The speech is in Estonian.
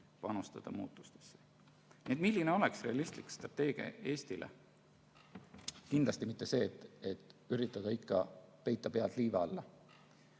panustada. Milline oleks realistlik strateegia Eestile? Kindlasti mitte see, et üritada peita pead liiva alla.